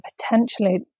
potentially